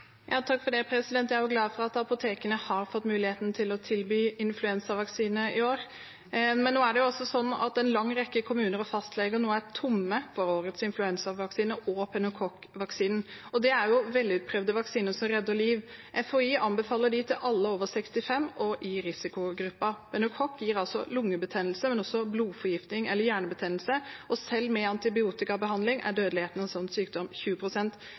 Jeg er jo glad for at apotekene har fått mulighet til å tilby influensavaksine i år, men nå er altså en lang rekke kommuner og fastleger tomme for årets influensavaksine og pneumokokkvaksinen – velutprøvde vaksiner som redder liv. FHI anbefaler dem til alle over 65 år og i risikogruppen. Pneumokokk gir altså lungebetennelse, men også blodforgiftning eller hjernebetennelse, og selv med antibiotikabehandling er dødeligheten ved slik sykdom